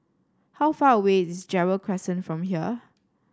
how far away is Gerald Crescent from here